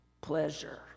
pleasure